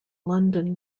london